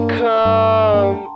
come